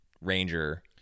Ranger